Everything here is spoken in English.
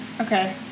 Okay